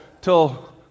till